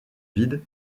vide